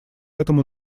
этому